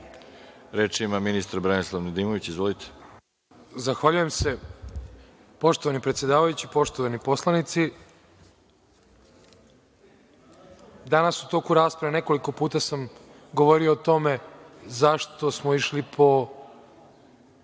Izvolite. **Branislav Nedimović** Zahvaljujem se. Poštovani predsedavajući, poštovani poslanici, danas u toku rasprave, nekoliko puta sam govorio o tome zašto smo išli po